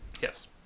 Yes